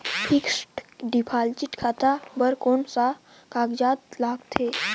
Fixed deposit खाता बर कौन का कागजात लगथे?